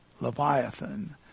Leviathan